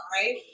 right